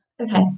Okay